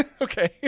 Okay